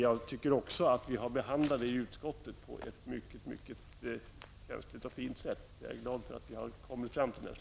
Jag tycker också att vi hanterat ärendet i arbetsmarknadsutskottet på ett mycket fint sätt. Jag är glad över att vi har kommit överens.